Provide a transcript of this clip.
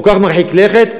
כל כך מרחיק לכת,